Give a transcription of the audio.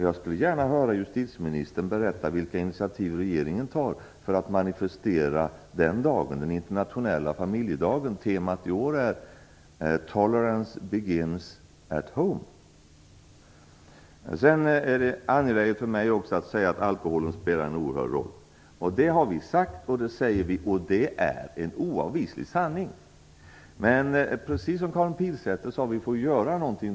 Jag skulle gärna höra justitieministern berätta vilka initiativ regeringen tar för att manifestera den internationella familjedagen. Temat i år är "tolerance begins at home". Det är också angeläget för mig att säga att alkoholen spelar en oerhörd roll. Det har vi sagt, och det säger vi, och det är en oavvislig sanning. Men precis som Karin Pilsäter sade får vi då också göra någonting.